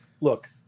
look